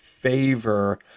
favor